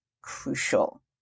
crucial